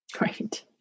Right